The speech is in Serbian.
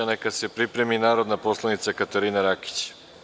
Neka se pripremi narodna poslanica Katarina Rakić.